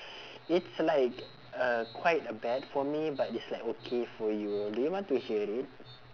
it's like uh quite a bad for me but it's like okay for you do you want to hear it